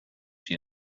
she